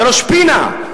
בראש-פינה,